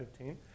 15